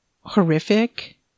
horrific